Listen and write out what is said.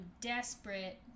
desperate